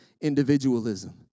individualism